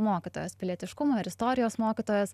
mokytojas pilietiškumo ir istorijos mokytojas